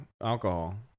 alcohol